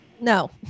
No